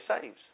saves